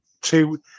two